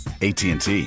ATT